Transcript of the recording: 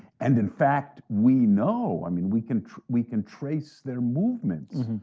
and in fact, we know, i mean we can we can trace their movements.